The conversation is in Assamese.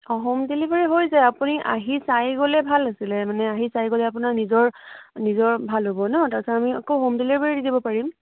অ' হোম ডেলিভাৰি হৈ যায় আপুনি আহি চাই গ'লে ভাল আছিল মানে আহি চাই গ'লে আপোনাৰ নিজৰ নিজৰ ভাল হ'ব ন তাৰপিছত আমি আকৌ হোম ডেলিভাৰি দি দিব পাৰিম